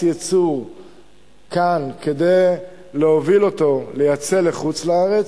ייצור כאן כדי להוביל אותו לייצא לחוץ-לארץ,